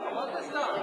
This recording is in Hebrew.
לא.